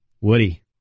Woody